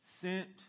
Sent